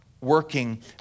working